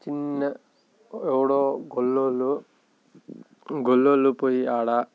చిన్న ఎవడో గొల్లవారు గొల్లవారు పోయి ఆడ